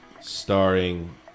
starring